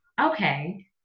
okay